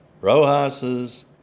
Rojas